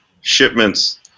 shipments